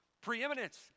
Preeminence